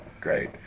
Great